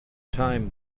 time